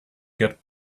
get